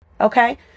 okay